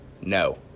No